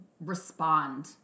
respond